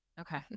okay